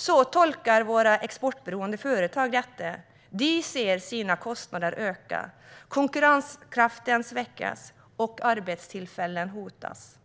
Så tolkar våra exportberoende företag detta. De ser sina kostnader öka, konkurrenskraften svacka och arbetstillfällen hotas.